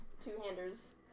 two-handers